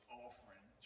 offering